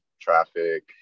traffic